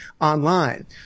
online